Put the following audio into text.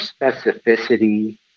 specificity